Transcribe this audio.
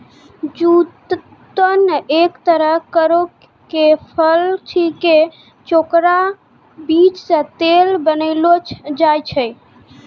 जैतून एक तरह केरो फल छिकै जेकरो बीज सें तेल बनैलो जाय छै